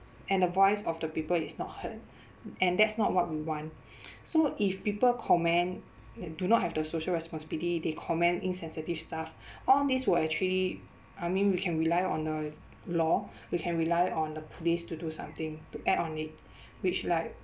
and the voice of the people is not heard and that's not what we want so if people comment they do not have the social responsibility they comment insensitive staff all these will actually I mean we can rely on the law we can rely on the police to do something to act on it which like